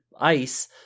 Ice